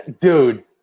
Dude